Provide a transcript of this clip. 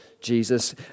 Jesus